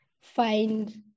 find